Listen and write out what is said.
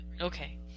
Okay